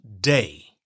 day